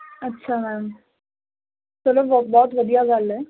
ਅੱਠਾ ma'am ਚਲੋ ਬਹੁਤ ਵਧੀਆ ਗੱਲ ਹ